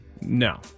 No